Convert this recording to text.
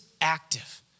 active